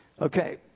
Okay